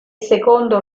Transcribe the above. secondo